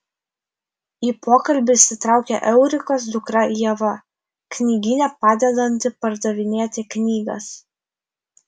į pokalbį įsitraukia eurikos dukra ieva knygyne padedanti pardavinėti knygas